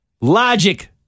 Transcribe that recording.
Logic